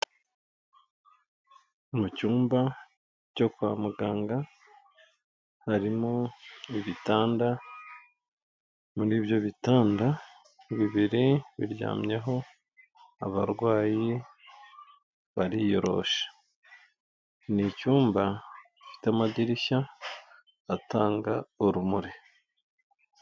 Mu cyumba cyo kwa muganga harimo ibitanda, muri ibyo bitanda bibiri biryamyeho abarwayi bariyoroshe. Ni icyumba gifite amadirishya atanga urumuri.